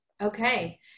Okay